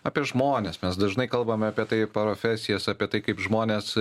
apie žmones mes dažnai kalbame apie tai profesijas apie tai kaip žmonės